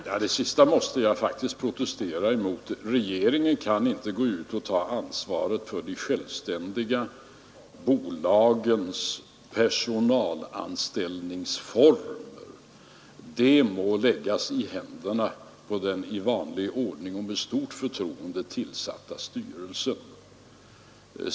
Herr talman! Det sista måste jag faktiskt protestera mot. Regeringen kan inte ta ansvaret de tändiga bolagens personalanställningsformer. Det ansvaret må läggas i händerna på den i vanlig ordning och med stort förtroende tillsatta styrelsen.